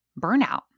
burnout